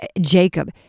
Jacob